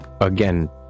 again